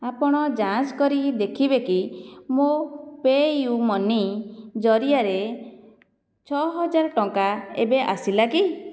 ଆପଣ ଯାଞ୍ଚ କରି ଦେଖିବେକି ମୋ ପେୟୁ ମନି ଜରିଆରେ ଛଅହଜାର ଟଙ୍କା ଏବେ ଆସିଲା କି